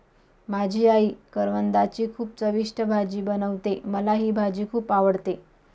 माझी आई करवंदाची खूप चविष्ट भाजी बनवते, मला ही भाजी खुप आवडते